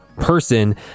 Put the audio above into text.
person